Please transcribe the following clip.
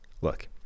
Look